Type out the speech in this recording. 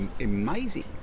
amazing